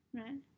right